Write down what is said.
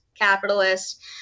capitalist